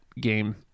game